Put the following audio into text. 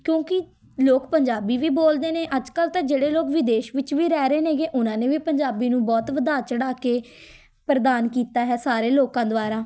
ਕਿਉਂਕਿ ਲੋਕ ਪੰਜਾਬੀ ਵੀ ਬੋਲਦੇ ਨੇ ਅੱਜ ਕੱਲ੍ਹ ਤਾਂ ਜਿਹੜੇ ਲੋਕ ਵਿਦੇਸ਼ ਵਿੱਚ ਵੀ ਰਹਿ ਰਹੇ ਨੇ ਗੇ ਉਨ੍ਹਾਂ ਨੇ ਵੀ ਪੰਜਾਬੀ ਨੂੰ ਬਹੁਤ ਵਧਾ ਚੜ੍ਹਾ ਕੇ ਪ੍ਰਦਾਨ ਕੀਤਾ ਹੈ ਸਾਰੇ ਲੋਕਾਂ ਦੁਆਰਾ